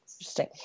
interesting